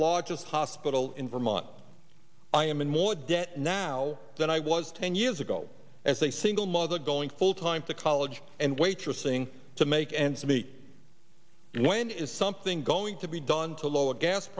just hospital in vermont i am in more debt now than i was ten years ago as a single mother going full time to college and waitressing to make ends meet when is something going to be done to lower gas